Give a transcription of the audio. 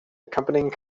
accompanying